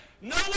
no